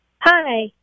Hi